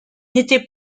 n’était